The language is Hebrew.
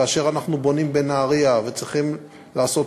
כאשר אנחנו בונים בנהריה וצריכים לעשות